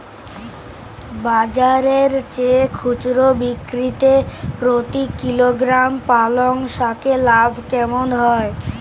বাজারের চেয়ে খুচরো বিক্রিতে প্রতি কিলোগ্রাম পালং শাকে লাভ কেমন হয়?